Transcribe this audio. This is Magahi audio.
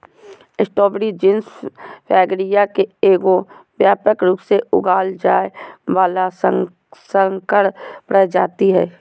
स्ट्रॉबेरी जीनस फ्रैगरिया के एगो व्यापक रूप से उगाल जाय वला संकर प्रजाति हइ